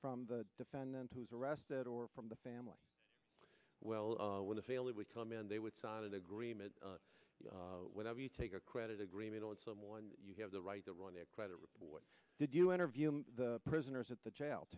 from the defendant who was arrested or from the family well when the failure would come in and they would sign an agreement whatever you take a credit agreement on someone you have the right to run their credit report did you interview the prisoners at the